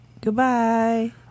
Goodbye